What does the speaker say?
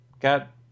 got